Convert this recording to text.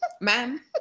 ma'am